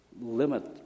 limit